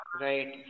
Right